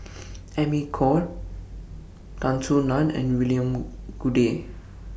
Amy Khor Tan Soo NAN and William Goode